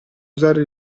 usare